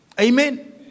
Amen